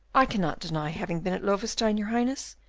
i cannot deny having been at loewestein, your highness,